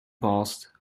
paused